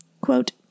Quote